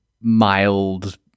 mild